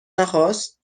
نخواست